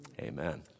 Amen